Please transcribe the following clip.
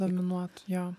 dominuotų jo